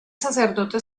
sacerdote